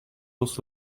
was